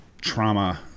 trauma